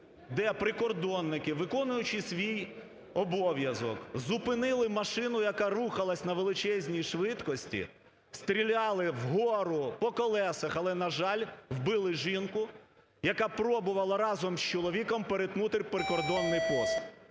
де прикордонники, виконуючи свій обов'язок, зупинили машину, яка рухалася на величезній швидкості, стріляли вгору, по колесах. Але, на жаль, вбили жінку, яка пробувала разом з чоловіком перетнути прикордонний пост.